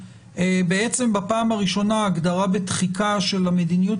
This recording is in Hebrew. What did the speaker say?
בעצם בפעם הראשונה את ההגדרה בתחיקה של המדיניות